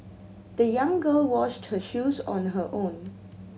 the young girl washed her shoes on her own